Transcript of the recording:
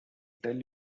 tell